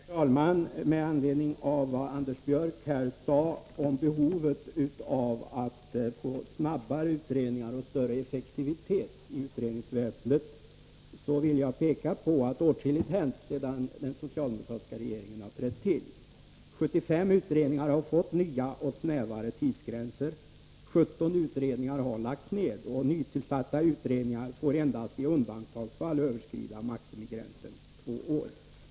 Herr talman! Med anledning av vad Anders Björck sade om behovet av att Onsdagen den få utredningar som arbetar snabbare och att få större effektivtet i utrednings — 16 november 1983 väsendet vill jag peka på att åtskilligt hänt sedan den socialdemokratiska regeringen tillträdde. 75 utredningar har fått nya och snävare tidsgränser. 17 Beredning av regeutredningar har lagts ned, och nytillsatta utredningar får endast i undantags — ringsärenden fall överskrida maximigränsen två år.